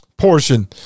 Portion